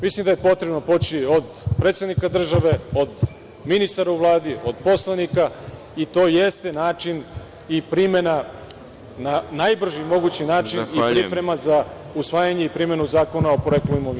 Mislim da je potrebno poći od predsednika države, od ministara u Vladi, od poslanika i to jeste način i primena na najbrži mogući način i priprema za usvajanje i primenu zakona o poreklu imovine.